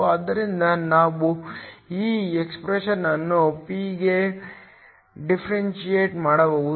ಆದ್ದರಿಂದ ನಾವು ಈ ಎಕ್ಸ್ಪ್ರೆಶನ್ ಅನ್ನು P ಗೆ ಡಿಫ್ರ್ಎಂಟ್ರಿಯಾಟ್ ಮಾಡಬಹುದು